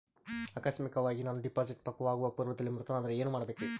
ಆಕಸ್ಮಿಕವಾಗಿ ನಾನು ಡಿಪಾಸಿಟ್ ಪಕ್ವವಾಗುವ ಪೂರ್ವದಲ್ಲಿಯೇ ಮೃತನಾದರೆ ಏನು ಮಾಡಬೇಕ್ರಿ?